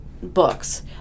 books